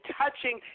touching